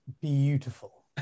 beautiful